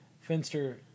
Finster